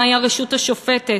מהי הרשות השופטת,